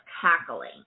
cackling